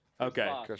Okay